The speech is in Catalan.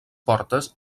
portes